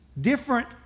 different